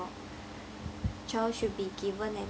child should be given an